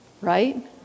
Right